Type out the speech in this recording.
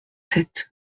sept